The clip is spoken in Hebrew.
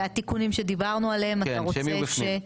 והתיקונים שדיברנו עליהם אתה רוצה ש?